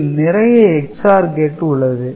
இதில் நிறைய XOR கேட்டு உள்ளது